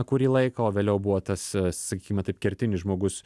kurį laiką o vėliau buvo tas sakykime taip kertinis žmogus